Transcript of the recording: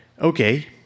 Okay